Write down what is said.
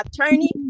attorney